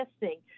testing